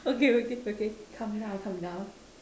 okay okay okay calm down calm down